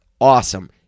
awesome